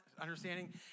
understanding